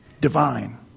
divine